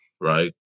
right